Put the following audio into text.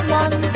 one